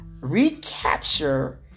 recapture